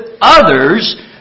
others